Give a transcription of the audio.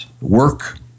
Work